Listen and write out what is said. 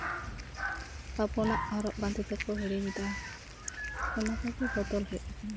ᱟᱵᱚᱱᱟᱜ ᱦᱚᱨᱚᱜ ᱵᱟᱸᱫᱮ ᱫᱚᱠᱚ ᱦᱤᱲᱤᱧᱮᱫᱟ ᱚᱱᱟ ᱠᱚᱜᱮ ᱵᱚᱫᱚᱞ ᱦᱮᱡ ᱠᱟᱱᱟ